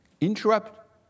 interrupt